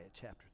chapter